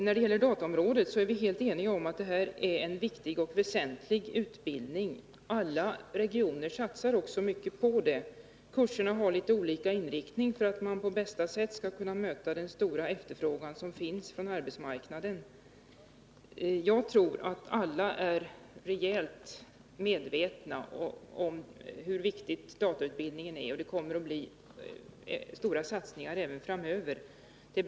När det gäller utbildningen på dataområdet är vi helt eniga om att den är viktig. Alla regioner satsar också mycket på den. Kurserna har litet olika inriktning för att man på bästa sätt skall kunna möta den stora efterfrågan som finns på arbetsmarknaden. Jag menar att alla är rejält medvetna om hur viktig datautbildningen är och att satsningarna på den kommer att bli stora även i framtiden.